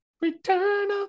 Return